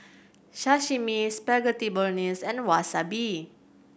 Sashimi Spaghetti Bolognese and Wasabi